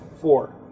Four